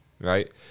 right